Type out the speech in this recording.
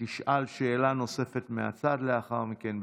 תשאל שאלה נוספת מהצד לאחר מכן.